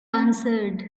answered